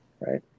Right